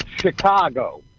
Chicago